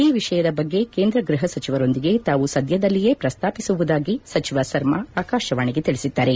ಈ ವಿಷಯದ ಬಗ್ಗೆ ಕೇಂದ್ರ ಗೃಹ ಸಚಿವರೊಂದಿಗೆ ತಾವು ಸದ್ಯದಲ್ಲಿಯೇ ಪ್ರಸ್ತಾಪಿಸುವುದಾಗಿ ಸಚಿವ ಸರ್ಮ ಆಕಾಶವಾಣಿಗೆ ತಿಳಿಸಿದ್ದಾರೆ